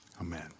Amen